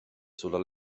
sulla